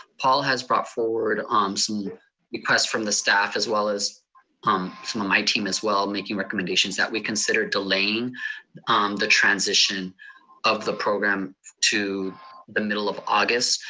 paul has brought forward um some repress from the staff, as well as um some of my team as well, making recommendations that we considered delaying the transition of the program to the middle of august,